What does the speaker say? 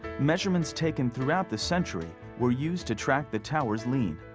measurements taken throughout the century, were used to track the tower's lean.